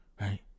right